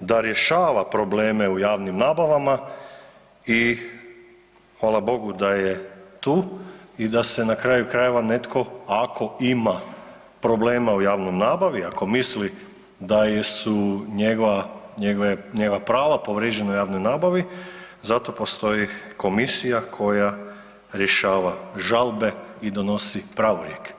da rješava probleme u javnim nabavama i hvala Bogu da je tu i da se na kraju krajeva netko ako ima problema u javnoj nabavi, ako misli da su njegova prava povrijeđena u javnoj nabavi zato postoji komisija koja rješava žalbe i donosi pravorijek.